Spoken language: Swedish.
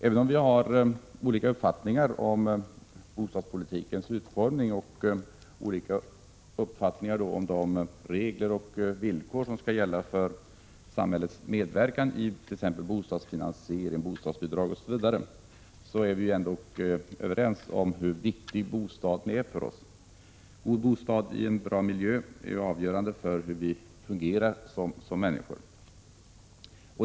Även om vi har olika uppfattningar om bostadspolitikens utformning och olika uppfattningar om - de regler och villkor som skall gälla för samhällets medverkan i fråga om bostadsfinansiering, bostadsbidrag osv., är vi överens om hur viktig bostaden är för oss. God bostad i en bra miljö är ju avgörande för hur vi fungerar som människor.